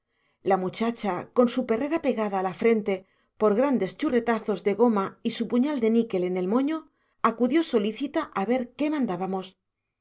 la muchacha con su perrera pegada a la frente por grandes churretazos de goma y su puñal de níquel en el moño acudió solícita a ver qué mandábamos